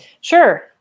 Sure